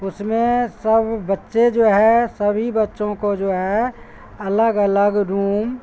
اس میں سب بچے جو ہے سبھی بچوں کو جو ہے الگ الگ روم